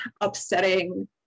upsetting